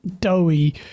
doughy